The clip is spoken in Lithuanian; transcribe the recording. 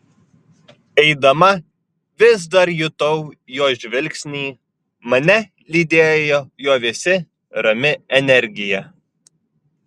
eidama vis dar jutau jo žvilgsnį mane lydėjo jo vėsi rami energija